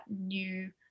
new